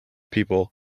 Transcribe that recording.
people